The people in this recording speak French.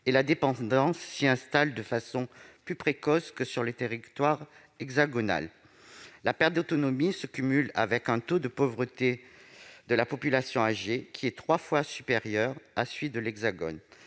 et la dépendance s'y installe de façon plus précoce que dans le territoire hexagonal. La perte d'autonomie se cumule avec un taux de pauvreté de la population âgée qui est trois fois supérieur à celui de l'Hexagone.